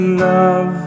love